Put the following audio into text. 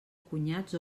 cunyats